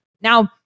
now